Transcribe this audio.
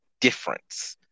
difference